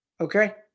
Okay